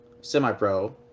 semi-pro